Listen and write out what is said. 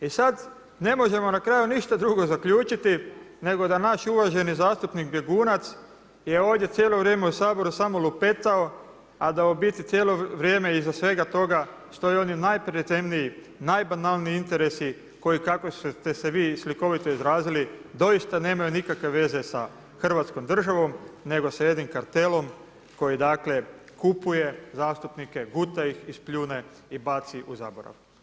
I sad ne možemo na kraju ništa drugo zaključiti, nego da naši uvaženi zastupnik bjegunac, je ovdje cijelo vrijeme u Saboru samo lupetao, a da u biti cijelo vrijeme iza svega toga, stoje oni … najbanalniji interesi koji i kakvi ste se vi slikovito izrazili, doista nemaju nikakve veze sa Hrvatskom državom, nego sa jednim kartelom, koji dakle, kupuje zastupnike, guta ih, ispljune i baci zaborav.